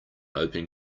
open